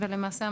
למעשה,